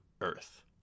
Earth